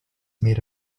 made